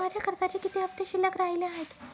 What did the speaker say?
माझ्या कर्जाचे किती हफ्ते शिल्लक राहिले आहेत?